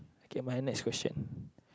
okay my next question